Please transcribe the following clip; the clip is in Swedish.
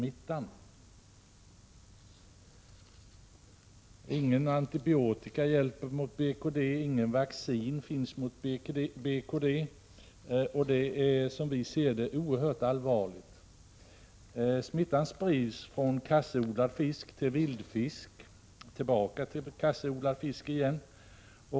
Ingen antibiotika hjälper mot BKD. Inget vaccin finns mot BKD. Detta är, som vi ser det, oerhört allvarligt. Smittan kan spridas från kasseodlad fisk till vildfisk och tillbaka till kasseodlad fisk igen.